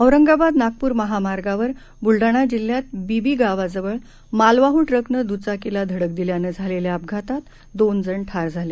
औरंगाबाद नागपूर महामार्गावर ब्लडाणा जिल्ह्यात बिबी गावाजवळ मालवाह ट्कनं द्चाकीला धडक दिल्यानं झालेल्या अपघातात दोन जण ठार झाले